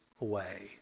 away